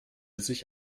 sich